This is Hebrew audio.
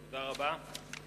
תודה רבה.